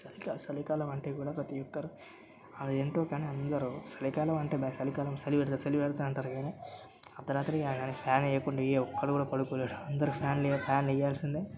చలి కా చలికాలమంటే కూడా ప్రతి ఒక్కరు అదేంటో కానీ అందరూ చలికాలమంటే అబ్బే చలికాలం చలిపెడుతుంది చలిపెడుతుంది అంటారు కానీ అర్థరాత్రి కాగానే ఫ్యాన్ వెయ్యకుండా ఏ ఒక్కడు కూడా పడుకోలేడు అందరూ ఫ్యాన్ వెయ్యా ఫ్యాన్ వెయ్యాల్సిందే